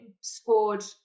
scored